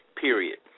period